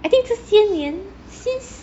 I think 这新年 since